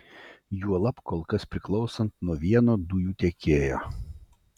juolab kol kas priklausant nuo vieno dujų tiekėjo